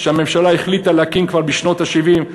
שהממשלה החליטה להקים כבר בשנות ה-70,